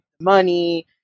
money